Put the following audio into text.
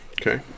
okay